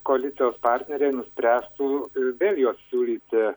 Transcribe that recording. koalicijos partneriai nuspręstų vėl juos siūlyti